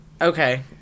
okay